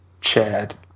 Chad